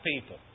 people